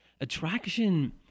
Attraction